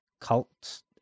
cult